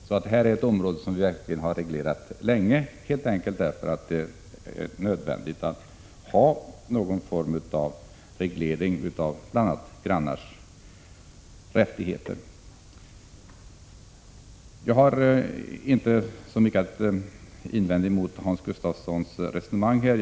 Det här området har alltså verkligen reglerats sedan lång tid, helt enkelt därför att det är nödvändigt att ha någon form av reglering av bl.a. grannars rättigheter och liknande. Jag har inte så mycket att invända emot det resonemang som Hans Gustafsson förde i sitt anförande.